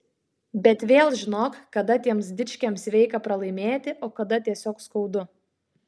bet vėl žinok kada tiems dičkiams sveika pralaimėti o kada tiesiog skaudu